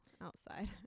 outside